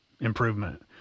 improvement